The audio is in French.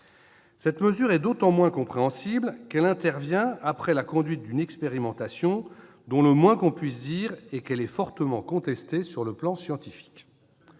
Cette mesure est d'autant moins compréhensible qu'elle intervient après la conduite d'une expérimentation dont le moins que l'on puisse dire est qu'elle est fortement contestée sur le plan scientifique.